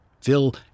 Phil